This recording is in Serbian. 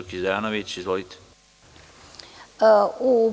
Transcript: U